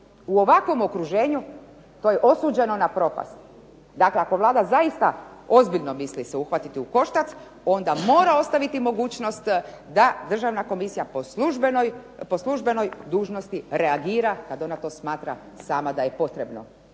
u ovakvom okruženju to je osuđeno na propast. Dakle, ako Vlada zaista ozbiljno misli se uhvatiti u koštac, onda mora ostaviti mogućnost da Državna komisija po službenoj dužnosti reagira kada ona smatra da je to potrebno,